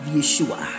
Yeshua